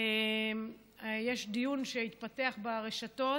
יש דיון שהתפתח ברשתות,